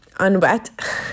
Unwet